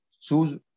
choose